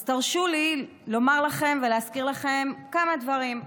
אז תרשו לי לומר לכם ולהזכיר לכם כמה דברים: